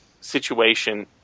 situation